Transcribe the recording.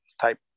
type